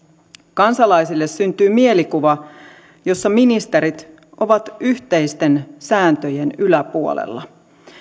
kansalaisille syntyy mielikuva jossa ministerit ovat yhteisten sääntöjen yläpuolella